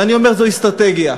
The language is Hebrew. ואני אומר: זו אסטרטגיה.